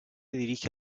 dirige